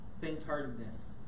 faint-heartedness